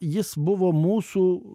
jis buvo mūsų